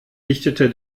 dichtete